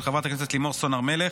של חברת הכנסת לימור סון הר מלך.